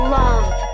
love